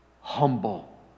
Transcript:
humble